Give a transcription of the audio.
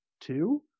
two